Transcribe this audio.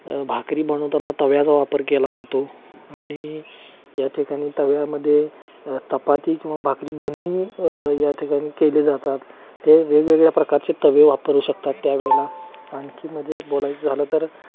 भाकरी बनवताना तव्याचा वापर केला जातो आणि या ठिकाणी तव्यामध्ये चपाती किंवा भाकरी दोन्ही या ठिकाणी केले जातात ते वेगवेगळ्या प्रकारचे तवे वापरू शकतात त्यावेळेला आणखी म्हणजे बोलायचं झालं तर